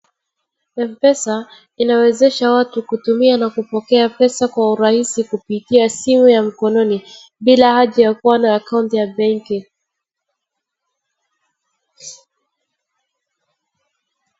Mpesa inawezesha watu kutumia na kupokea pesa kwa urahisi kupitia simu ya mkononi bila haja ya kuwa na akaunti ya benki.